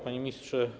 Panie Ministrze!